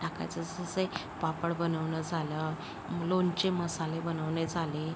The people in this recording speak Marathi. टाकायचा असेल जसे पापड बनवणं झालं लोणचे मसाले बनवणे झाले